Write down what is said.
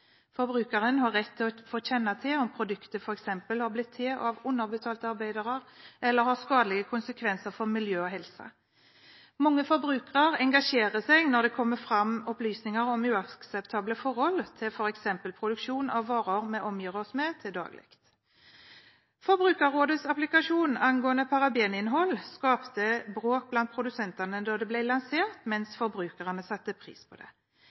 Forbrukeren har rett til å få kjenne til om produktet f.eks. har blitt til av underbetale arbeidere eller har skadelige konsekvenser for miljø og helse. Mange forbrukere engasjerer seg når det kommer fram opplysninger om uakseptable forhold ved f.eks. produksjon av varer vi omgir oss med til daglig. Forbrukerrådets applikasjon angående parabeninnhold skapte bråk blant produsentene da den ble lansert, mens forbrukerne satte pris på det.